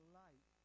light